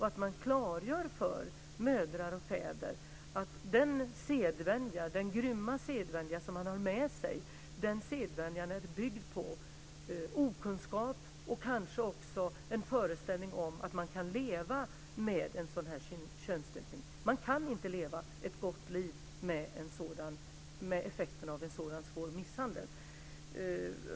Man måste klargöra för mödrar och fäder att den grymma sedvänja som man har med sig är byggd på okunskap och kanske också en föreställning om att man kan leva med en sådan här könsstympning. Man kan inte leva ett gott liv med effekterna av en sådan svår misshandel.